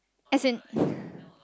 as in